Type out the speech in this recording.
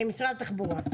משרד התחבורה.